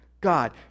God